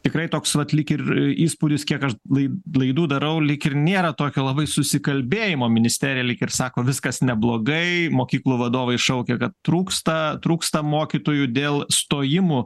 tikrai toks vat lyg ir įspūdis kiek aš lai laidų darau lyg ir nėra tokio labai susikalbėjimo ministerija lyg ir sako viskas neblogai mokyklų vadovai šaukia kad trūksta trūksta mokytojų dėl stojimų